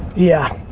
yeah.